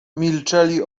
milczeli